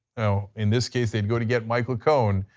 in this case they would go to get michael cohen,